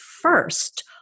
first